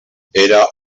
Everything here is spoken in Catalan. era